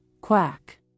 quack